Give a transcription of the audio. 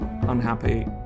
Unhappy